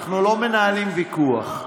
אנחנו לא מנהלים ויכוח.